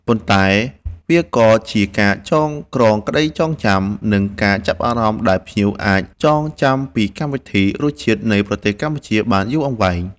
ប៉ុន្តែវាក៏ជាការចងក្រងក្តីចងចាំ និងការចាប់អារម្មណ៍ ដែលភ្ញៀវអាចចងចាំពីកម្មវិធី រសជាតិនៃប្រទេសកម្ពុជា បានយូរអង្វែង។